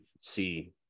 see